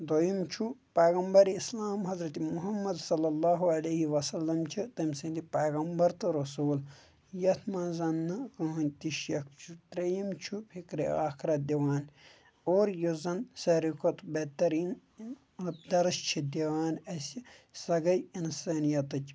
دۄیِم چھُ پیغمبَرِ اِسلام حضرت محمد صلی اللہ علیہ وَسلم چھِ تٔمۍ سٕنٛدِ پیغمبَر تہٕ رسوٗل یَتھ منٛز نہٕ کٕہۭنۍ تہِ شَک چھُ ترٛیٚیِم چھُ فِکرِ آخرَت دِوان اور یُس زَن ساروٕے کھۄتہٕ بہتریٖن دَرَس چھِ دِوان اَسہِ سۄ گٔے اِنسٲنِیَتٕچ